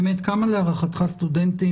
באמת כמה להערכתך סטודנטים?